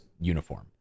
uniform